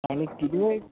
आनी कितेंय